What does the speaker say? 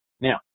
Now